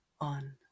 on